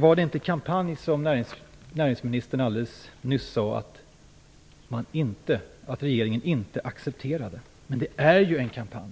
Sade inte näringsministern alldeles nyss att regeringen inte accepterar någon kampanj? Men det här är en kampanj.